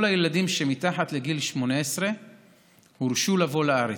כל הילדים שמתחת לגיל 18 הורשו לבוא לארץ.